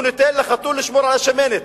הוא נותן לחתול לשמור על השמנת.